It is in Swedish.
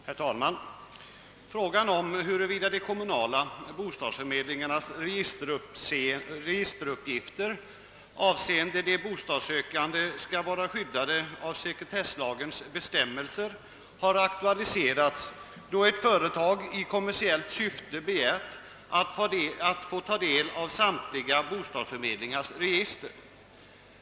Herr talman! Frågan huruvida de kommunala bostadsförmedlingarnas registeruppgifter avseende de bostadssökande skall vara skyddade av sekretesslagens bestämmelser har aktualiserats, då ett företag i kommersiellt syfte begärt att få ta del av samtliga bostadsförmedlingars register.